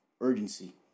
Urgency